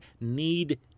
need